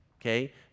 okay